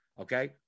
okay